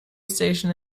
station